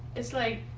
it's like,